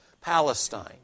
Palestine